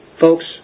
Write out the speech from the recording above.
Folks